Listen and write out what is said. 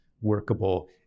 workable